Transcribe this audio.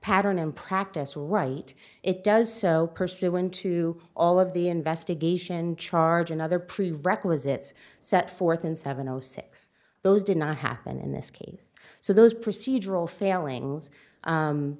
pattern and practice right it does pursuant to all of the investigation charge and other prerequisites set forth in seven o six those did not happen in this case so those procedural failings